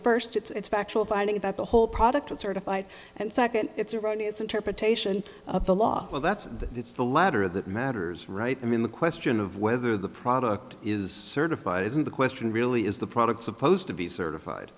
first its factual finding that the whole product was certified and second it's erroneous interpretation of the law well that's the it's the latter that matters right i mean the question of whether the product is certified isn't the question really is the product supposed to be certified